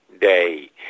day